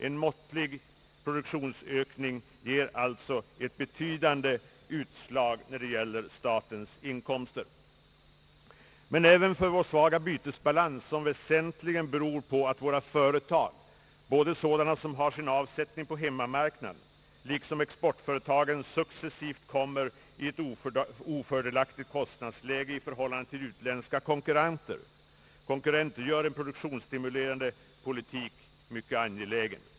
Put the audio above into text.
En måttlig produktionsökning ger alltså ett relativt betydande utslag när det gäller statens inkomster. Men även vår svaga bytesbalans, som väsentligen beror på att våra företag, både sådana som har sin avsättning på hemmamarknaden och exportföretagen, successivt har kommit i ett ofördelaktigt kostnadsläge i förhållande till utländska konkurrenter, gör en produktionsstimulerande politik mycket angelägen.